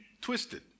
twisted